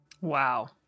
Wow